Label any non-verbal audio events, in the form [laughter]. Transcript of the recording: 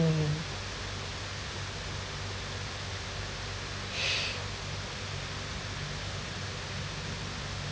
mm [breath]